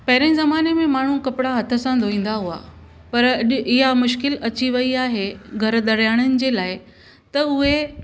पहिरें ज़माने में माण्हू कपिड़ा हथ सां धोईंदा हुआ पर अॼु इहा मुश्किल अची वेई आहे घरु धरियाणिनि जे लाइ त उहे